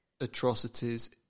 atrocities